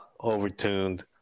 overtuned